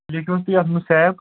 لیٖکھِو حظ تُہۍ اتھ منٛز سیب